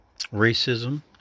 racism